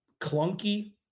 clunky